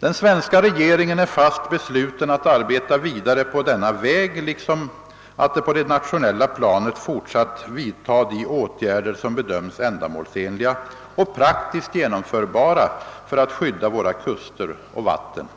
Den svenska regeringen är fast besluten att arbeta vidare på denna väg liksom att på det nationella planet fortsätta att vidta de åtgärder som bedöms ändamålsenliga och praktiskt genomförbara för att skydda våra kuster och vatten.